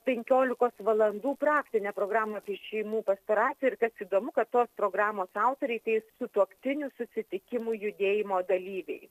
penkiolikos valandų praktinę programą šeimų pastoracijai ir kas įdomu kad tos programos autoriai tai sutuoktinių susitikimų judėjimo dalyviai